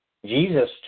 Jesus